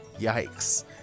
Yikes